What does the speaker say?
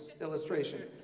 illustration